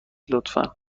لطفا